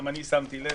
גם אני שמתי לב